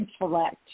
intellect